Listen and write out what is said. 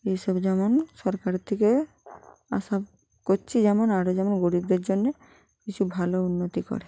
এই সব যেমন সরকারের থেকে আসা করছি যেমন আরও যেমন গরিবদের জন্যে কিছু ভালো উন্নতি করে